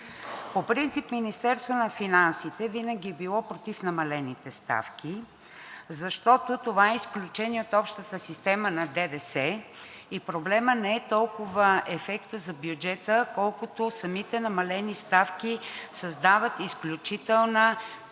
По принцип Министерството на финансите винаги е било против намалените ставки, защото това е изключение от общата система на ДДС и проблемът не е толкова ефектът за бюджета, колкото самите намалени ставки създават изключителна